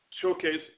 showcase